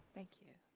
thank you.